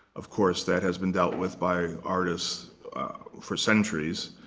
of course, that has been dealt with by artists for centuries.